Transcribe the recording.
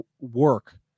work